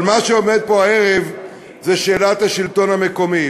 אבל מה שעומד פה הערב זה שאלת השלטון המקומי,